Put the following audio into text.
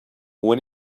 when